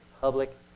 public